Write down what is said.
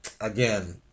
again